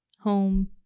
home